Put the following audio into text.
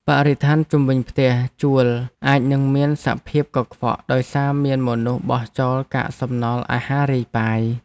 បរិស្ថានជុំវិញផ្ទះជួលអាចនឹងមានសភាពកខ្វក់ដោយសារមានមនុស្សបោះចោលកាកសំណល់អាហាររាយប៉ាយ។